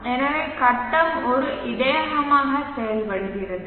எனவே கட்டம் ஒரு இடையகமாக செயல்படுகிறது